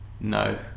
No